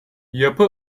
yapı